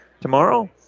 tomorrow